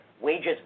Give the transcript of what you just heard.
wages